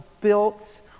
built